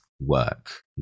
work